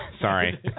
Sorry